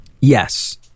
Yes